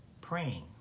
Praying